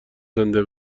زنده